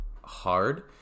hard